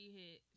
hit